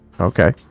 Okay